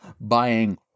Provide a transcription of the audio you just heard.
buying